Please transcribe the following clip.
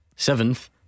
Seventh